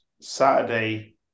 Saturday